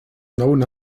known